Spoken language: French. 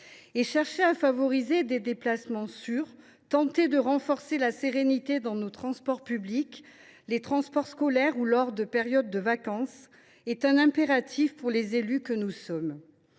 Chercher à favoriser des déplacements sûrs, tenter de renforcer la sérénité dans nos transports publics, les transports scolaires ou lors des périodes de vacances est un impératif pour les élus que nous sommes.